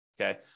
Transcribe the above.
Okay